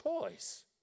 choice